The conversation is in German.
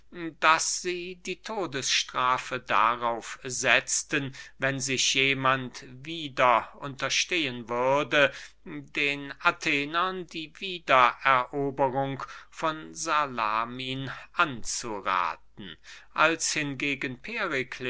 daß sie die todesstrafe darauf setzten wenn sich jemand wieder unterstehen würde den athenern die wiedereroberung von salamin anzurathen als hingegen